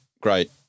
great